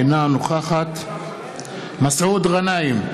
אינה נוכחת מסעוד גנאים,